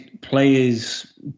players